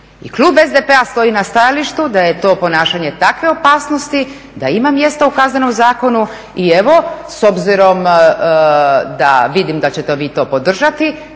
klub SDP-a stoji na stajalištu da je to ponašanje takve opasnosti da ima mjesta u kaznenom zakonu. I evo, s obzirom da vidim da ćete vi to podržati,